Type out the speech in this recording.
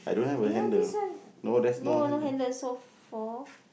ya his one no no handle so four